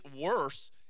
worse